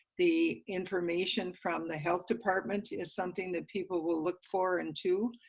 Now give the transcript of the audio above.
the information from the health department is something that people will look for and to.